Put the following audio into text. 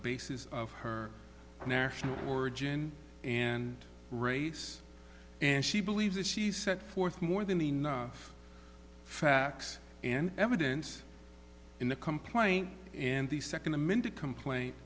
basis of her national origin and race and she believes that she set forth more than enough facts and evidence in the complaint in the second amended complaint